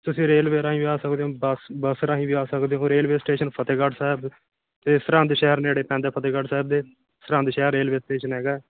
ਤੁਸੀਂ ਰੇਲਵੇ ਰਾਹੀਂ ਵੀ ਆ ਸਕਦੇ ਓਂ ਬੱਸ ਬੱਸ ਰਾਹੀਂ ਵੀ ਆ ਸਕਦੇ ਓਂ ਰੇਲਵੇ ਸਟੇਸ਼ਨ ਫਤਿਹਗੜ੍ਹ ਸਾਹਿਬ ਅਤੇ ਸਰਹੰਦ ਸ਼ਹਿਰ ਨੇੜੇ ਪੈਂਦਾ ਫਤਿਹਗੜ੍ਹ ਸਾਹਿਬ ਦੇ ਸਰਹੰਦ ਸ਼ਹਿਰ ਰੇਲਵੇ ਸਟੇਸ਼ਨ ਹੈਗਾ